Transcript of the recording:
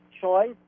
choice